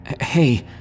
Hey